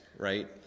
Right